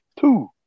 two